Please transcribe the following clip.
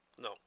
No